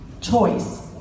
choice